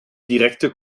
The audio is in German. direkte